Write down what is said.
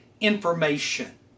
information